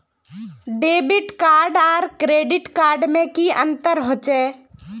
Debit card आर credit card में की अंतर होचे?